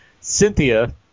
cynthia